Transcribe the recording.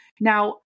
Now